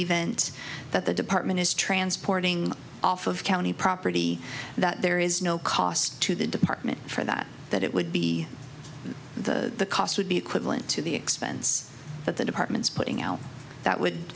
event that the department is transporting off of county property that there is no cost to the department for that that it would be the cost would be equivalent to the expense of the departments putting out that would